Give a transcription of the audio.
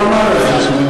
הוא אמר את זה.